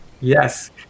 Yes